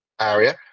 area